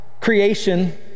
creation